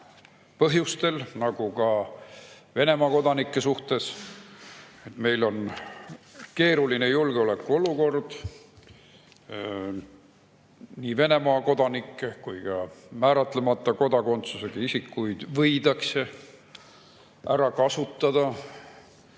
põhjustel nagu ka Venemaa kodanike suhtes. Meil on keeruline julgeolekuolukord. Nii Venemaa kodanikke kui ka määratlemata kodakondsusega isikuid võidakse näiteks ära kasutada